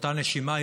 באותה נשימה,